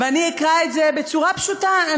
ואני אקרא את זה בצורה פשוטה.